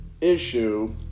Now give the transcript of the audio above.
issue